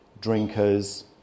drinkers